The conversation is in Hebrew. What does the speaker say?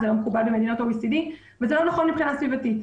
זה לא מקובל במדינות ה-OECD וזה לא נכון מבחינה סביבתית.